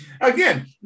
Again